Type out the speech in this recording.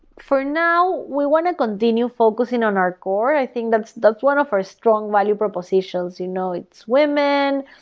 for now, we want to continue focusing on our core. i think that's that's one of our strong value propositions. you know it's women.